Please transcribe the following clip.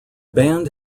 band